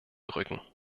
rücken